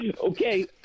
Okay